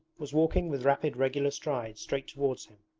was walking with rapid regular strides straight towards him.